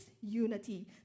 unity